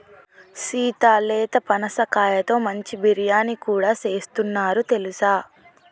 సీత లేత పనసకాయతో మంచి బిర్యానీ కూడా సేస్తున్నారు తెలుసా